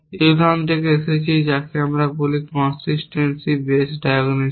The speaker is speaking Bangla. এই উদাহরণ থেকে এসেছে আমরা যাকে বলি কনসিসটেন্সি বেস ডায়াগনোসিস